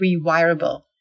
rewirable